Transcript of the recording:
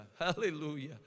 Hallelujah